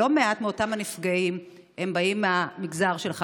שלא מעט מאותם הנפגעים באים מהמגזר שלך.